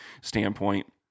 standpoint